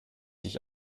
sich